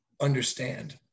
understand